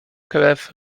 krew